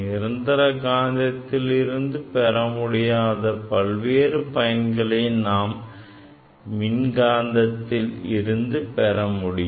நிரந்தர காந்தத்தில் இருந்து பெற முடியாத பல்வேறு பயன்களை நாம் மின்காந்தத்தில் இருந்து பெற முடியும்